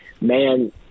man